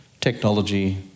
technology